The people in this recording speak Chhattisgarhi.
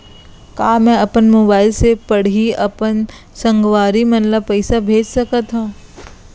का मैं अपन मोबाइल से पड़ही अपन संगवारी मन ल पइसा भेज सकत हो?